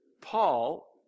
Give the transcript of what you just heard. Paul